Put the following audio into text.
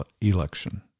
election